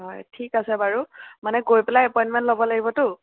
হয় ঠিক আছে বাৰু মানে গৈ পেলাই এপইণ্টমেণ্ট ল'ব লাগিবতো